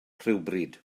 rhywbryd